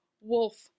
wolf